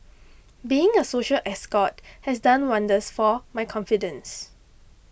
being a social escort has done wonders for my confidence